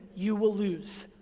you will lose.